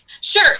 sure